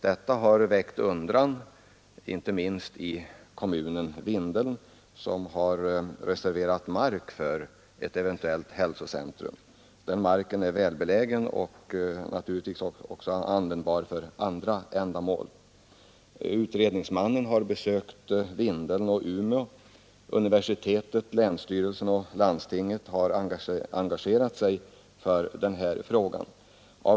Detta har väckt undran inte minst i kommunen Vindeln, som har reserverat mark för ett eventuellt hälsocenter. Marken i fråga är välbelägen och naturligtvis också användbar för andra ändamål. Utredningsmannen har besökt Vindeln och Umeå. Universitetet, länsstyrelsen och landstinget har engagerat sig för ett hälsocenter i Vindeln.